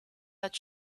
that